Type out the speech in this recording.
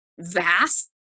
vast